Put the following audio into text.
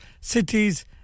cities